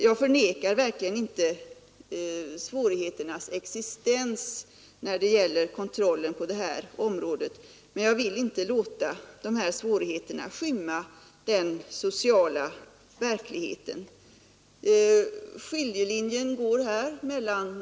Jag förnekar verkligen inte svårigheternas existens när det gäller kontrollen på det här området, men jag vill inte låta de svårigheterna skymma den sociala verkligheten. Här går skiljelinjen.